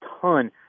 ton